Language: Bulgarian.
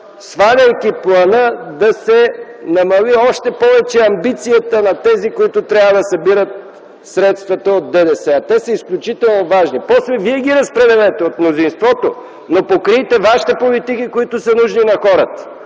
сваляйки плана, да се намали още повече амбицията на тези, които трябва да събират средствата от ДДС, а те са изключително важни. После вие ги разпределете – от мнозинството, но покрийте вашите политики, които са нужни на хората.